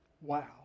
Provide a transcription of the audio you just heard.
Wow